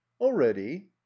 already